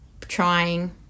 trying